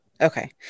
okay